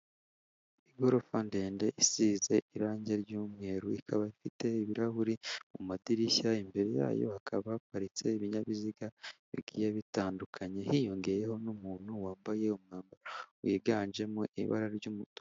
Igorofa ndende isize irangi ry'umweru, ikaba ifite ibirahuri mu madirishya, imbere yayo hakaba haparitse ibinyabiziga bigiye bitandukanye hiyongeyeho n'umuntu wambaye umwambaro wiganjemo ibara ry'umutuku.